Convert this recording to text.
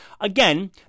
Again